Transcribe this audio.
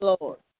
Lord